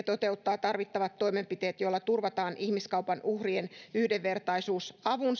toteuttaa tarvittavat toimenpiteet joilla turvataan ihmiskaupan uhrien yhdenvertaisuus avun